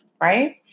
Right